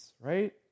right